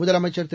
முதலமைச்சர் திரு